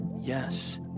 yes